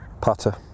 Putter